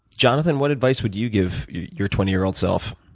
jonathan, what advice would you give your twenty year old self?